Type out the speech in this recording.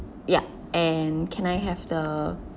yup and can I have the